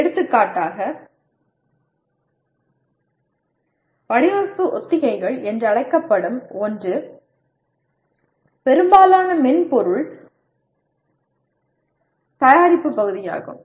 எடுத்துக்காட்டாக வடிவமைப்பு ஒத்திகைகள் என்று அழைக்கப்படும் ஒன்று பெரும்பாலான மென்பொருள் தயாரிப்பு பகுதியாகும்